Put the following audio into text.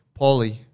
Paulie